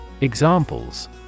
Examples